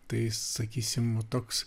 tai sakysim va toks